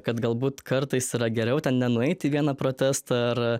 kad galbūt kartais yra geriau ten nenueiti į vieną protestą ar